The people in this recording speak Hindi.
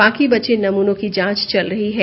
बाकी बचे नमनों की जांच चल रही है